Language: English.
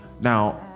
Now